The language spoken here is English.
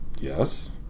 Yes